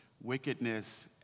wickedness